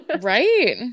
Right